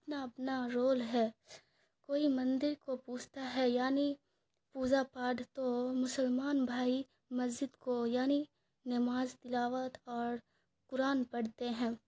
اپنا اپنا رول ہے کوئی مندر کو پوجتا ہے یعنی پوجا پاٹھ تو مسلمان بھائی مسجد کو یعنی نماز تلاوت اور قرآن پڑھتے ہیں